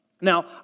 Now